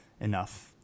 enough